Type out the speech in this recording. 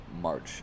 March